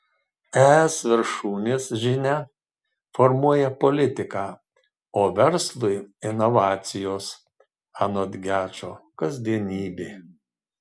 es viršūnės žinia formuoja politiką o verslui inovacijos anot gečo kasdienybė